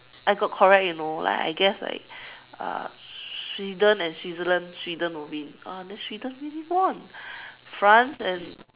I got correct you know like I guess like uh Sweden and Switzerland Sweden will win oh then Sweden really won then France and